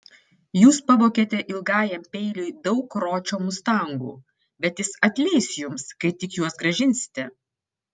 jūs pavogėte ilgajam peiliui daug ročio mustangų bet jis atleis jums kai tik juos grąžinsite